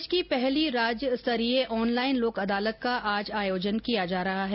देश की पहली राज्य स्तरीय ऑनलाइन लोक अदालत का आज आयोजन किया जा रहा है